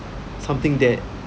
something that